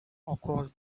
across